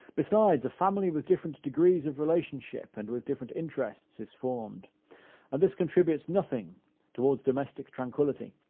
besides, a family with different degrees of relationship and with different interests is formed, and this contributes nothing towards domestic tranquillity.